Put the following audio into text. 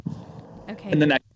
Okay